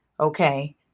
Okay